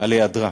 על היעדרה,